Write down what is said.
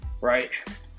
right